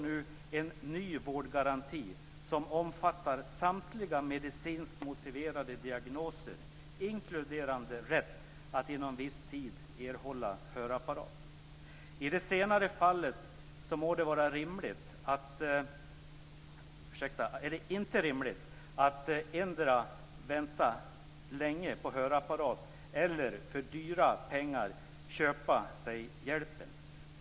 I det senare fallet är det inte rimligt vare sig att vänta länge på hörapparaten eller att för dyra pengar köpa sig hjälpen.